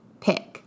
pick